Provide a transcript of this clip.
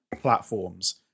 platforms